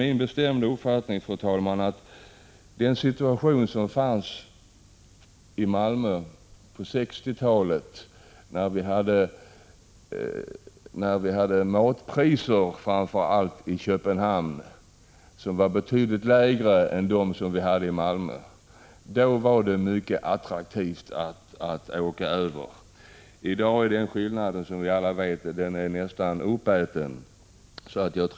På 1960-talet, då framför allt matpriserna i Köpenhamn var betydligt lägre än priserna i Malmö, var det mycket attraktivt att åka över sundet. I dag är den skillnaden, som vi alla vet, nästan uppäten.